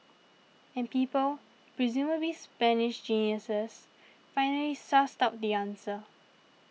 and people presumably Spanish geniuses finally sussed out the answer